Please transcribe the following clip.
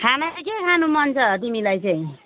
खाना चाहिँ के खानु मन छ तिमीलाई चाहिँ